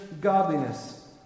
godliness